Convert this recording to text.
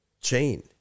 chain